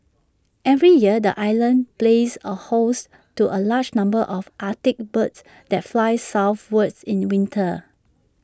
every year the island plays A host to A large number of Arctic birds that fly southwards in winter